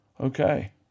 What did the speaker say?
okay